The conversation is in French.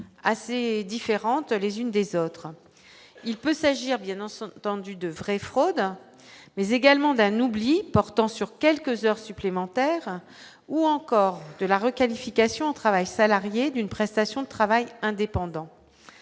assez différentes les unes des autres, il peut s'agir bien annonce tendue devrait fraude mais également d'un oubli portant sur quelques heures supplémentaires ou encore de la requalification en travail salarié d'une prestation de travail indépendant,